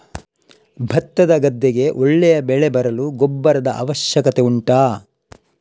ಭತ್ತದ ಗದ್ದೆಗೆ ಒಳ್ಳೆ ಬೆಳೆ ಬರಲು ಗೊಬ್ಬರದ ಅವಶ್ಯಕತೆ ಉಂಟಾ